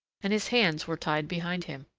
and his hands were tied behind him.